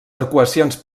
arcuacions